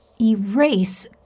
erase